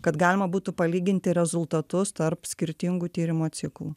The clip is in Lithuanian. kad galima būtų palyginti rezultatus tarp skirtingų tyrimo ciklų